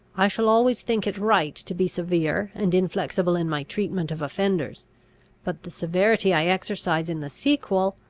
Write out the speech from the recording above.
i shall always think it right to be severe and inflexible in my treatment of offenders but the severity i exercise in the sequel,